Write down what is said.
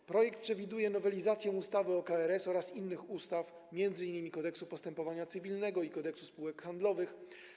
W projekcie przewidziano nowelizację ustawy o KRS oraz innych ustaw, m.in. Kodeksu postępowania cywilnego i Kodeksu spółek handlowych.